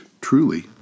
truly